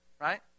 Right